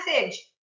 message